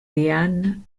diane